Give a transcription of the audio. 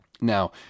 Now